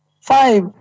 five